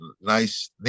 nice